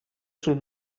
sul